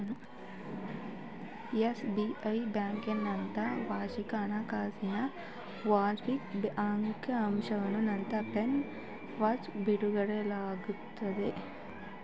SBI bank ತನ್ನ ವಾರ್ಷಿಕ ಹಣಕಾಸಿನ ಮಾರ್ಜಿನಲ್ ಅಂಕಿ ಅಂಶವನ್ನು ತನ್ನ ವೆಬ್ ಸೈಟ್ನಲ್ಲಿ ಬಿಡುಗಡೆಮಾಡಿದೆ